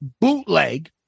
bootleg